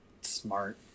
Smart